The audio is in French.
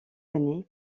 années